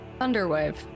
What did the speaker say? Thunderwave